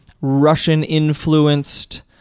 Russian-influenced